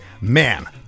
Man